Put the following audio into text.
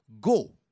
go